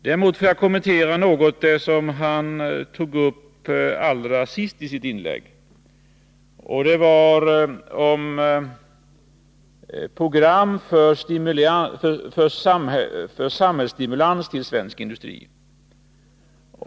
Däremot vill jag något kommentera det som herr Franzén tog upp allra sist isitt inlägg. Det gällde program för samhällsstimulans av svensk industri.